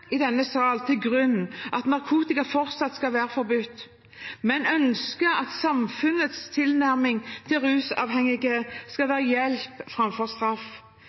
i denne sal til grunn at narkotika fortsatt skal være forbudt, men ønsker at samfunnets tilnærming til rusavhengige skal være hjelp framfor straff.